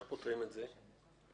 איך פותרים את זה?